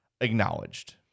acknowledged